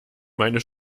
meine